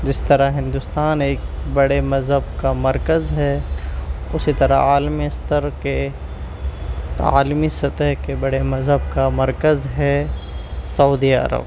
جس طرح ہندوستان ایک بڑے مذہب کا مرکز ہے اسی طرح عالمی استر کے عالمی سطح کے بڑے مذہب کا مرکز ہے سعودی عرب